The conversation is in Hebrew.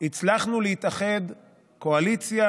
הצלחנו להתאחד, קואליציה